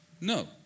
No